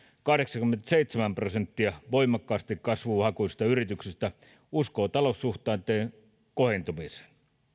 kahdeksankymmentäseitsemän prosenttia voimakkaasti kasvuhakuisista yrityksistä uskoo taloussuhdanteen kohentumiseen